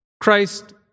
Christ